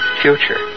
future